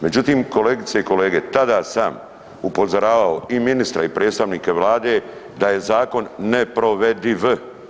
Međutim, kolegice i kolege, tada sam upozoravao i ministra i predstavnike Vlade da je zakon neprovediv.